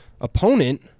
opponent